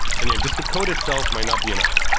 and yeah, just the code itself might not be enough.